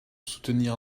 soutenir